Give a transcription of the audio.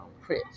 Chris